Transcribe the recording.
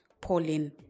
Pauline